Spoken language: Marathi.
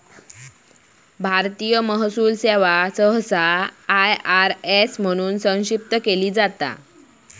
भारतीय महसूल सेवा सहसा आय.आर.एस म्हणून संक्षिप्त केली जाता